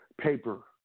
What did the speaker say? paper